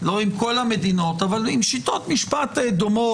לא עם כל המדינות אבל עם שיטות משפט דומות,